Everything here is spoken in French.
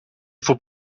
faut